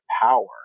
power